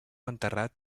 enterrat